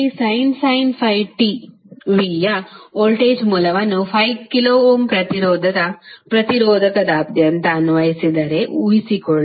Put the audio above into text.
20sin πt V ಯ voltage ಮೂಲವನ್ನು 5 k ಪ್ರತಿರೋಧದ ಪ್ರತಿರೋಧಕದಾದ್ಯಂತ ಅನ್ವಯಿಸಿದರೆ ಊಹಿಸಿಕೊಳ್ಳಿ